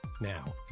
Now